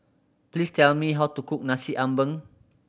please tell me how to cook Nasi Ambeng